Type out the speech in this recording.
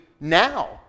now